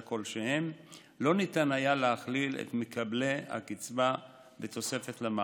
כלשהם לא ניתן היה להכליל את מקבלי הקצבה בתוספת למענק.